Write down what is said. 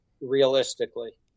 realistically